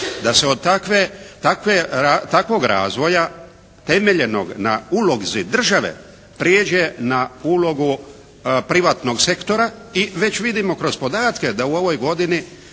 Da se od takvog razvoja temeljenog na ulozi države prijeđe na ulogu privatnog sektora i već vidimo kroz podatke da u ovoj godini